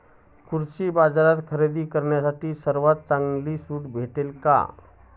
कृषी बाजारात खरेदी करण्यासाठी सर्वात चांगली सूट भेटेल का?